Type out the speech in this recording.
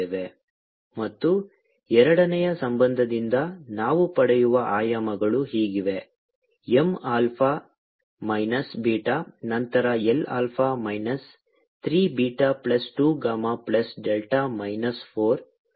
MT 1Mα β Lα 3β2γδ 4 T 2α3βI 2α2βγ ಮತ್ತು ಎರಡನೇ ಸಂಬಂಧದಿಂದ ನಾವು ಪಡೆಯುವ ಆಯಾಮಗಳು ಹೀಗಿವೆ M ಆಲ್ಫಾ ಮೈನಸ್ ಬೀಟಾ ನಂತರ L alpha minus 3 beta plus 2 gamma plus delta minus 4